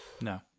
no